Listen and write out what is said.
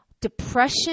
depression